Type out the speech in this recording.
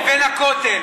בין שועפאט לבין הכותל.